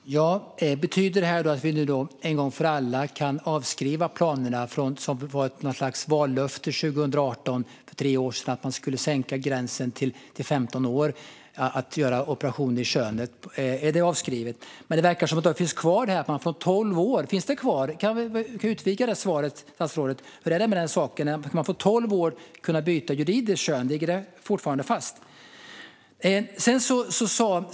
Fru talman! Betyder det att vi en gång för alla kan avskriva planerna som var något slags vallöfte 2018 på att sänka åldersgränsen för operationer i könet till 15 år? Är det avskrivet? Det verkar finnas kvar, det här man kan göra från 12 års ålder. Finns det kvar? Statsrådet kan väl utvidga det svaret. Hur är det med det här att man från 12 års ålder kan byta juridiskt kön? Ligger det fortfarande fast?